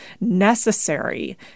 necessary